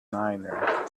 niner